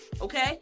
Okay